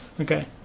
Okay